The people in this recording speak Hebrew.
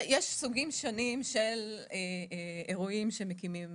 יש סוגים שונים של אירועים שמקימים